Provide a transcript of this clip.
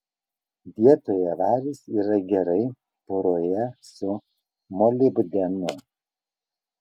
dietoje varis yra gerai poroje su molibdenu